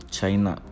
China